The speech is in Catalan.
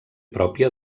pròpia